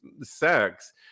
sex